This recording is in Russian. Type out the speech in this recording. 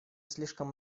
слишком